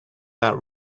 that